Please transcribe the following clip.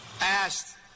asked